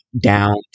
down